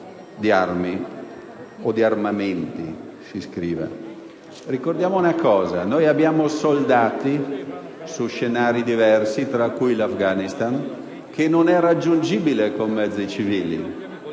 di armi o di armamenti. Ricordiamo che noi abbiamo soldati presenti su scenari diversi, tra cui l'Afghanistan, che non è raggiungibile con mezzi civili.